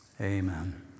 amen